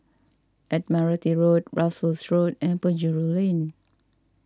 Admiralty Road Russels Road and Penjuru Lane